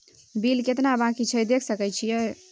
Bill केतना बाँकी छै देख सके छियै?